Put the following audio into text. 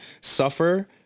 suffer